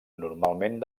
normalment